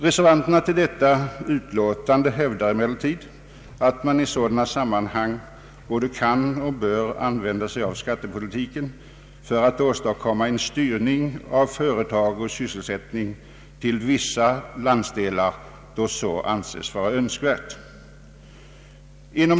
Reservanterna till detta utlåtande hävdar emellertid att man i sådana sammanhang både kan och bör använda sig av skattepolitiken för att åstadkomma en styrning av företag och sysselsättning till vissa landsdelar då så anses vara önskvärt.